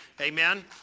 Amen